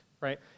right